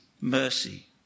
mercy